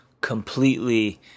completely